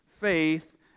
faith